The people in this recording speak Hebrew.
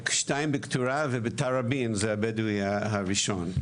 שניים בקטורה, ובטרבין זה הבדואי הראשון.